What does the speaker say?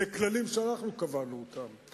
אלה כללים שאנחנו קבענו אותם.